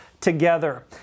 together